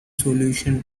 solution